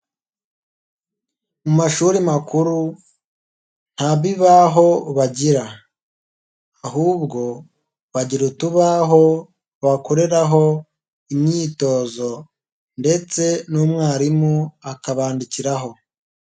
Mu mashuri makuru nta bibaho bagira, ahubwo bagira utubaho bakoreraho imyitozo, ndetse n'umwarimu akabandikiraho.